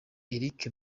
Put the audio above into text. eric